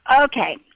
Okay